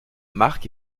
marc